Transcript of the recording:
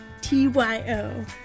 T-Y-O